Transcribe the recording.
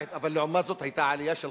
אבל לעומת זאת היתה עלייה של